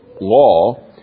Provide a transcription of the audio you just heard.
law